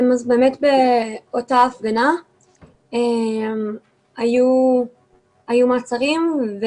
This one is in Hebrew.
באותה הפגנה היו מעצרים.